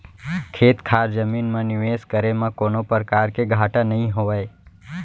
खेत खार जमीन म निवेस करे म कोनों परकार के घाटा नइ होवय